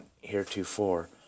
heretofore